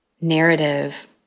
narrative